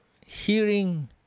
hearing